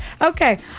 Okay